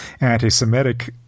anti-Semitic